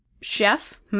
chef